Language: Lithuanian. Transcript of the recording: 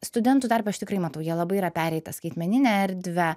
studentų tarpe aš tikrai matau jie labai yra perėję į tą skaitmeninę erdvę